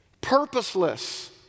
purposeless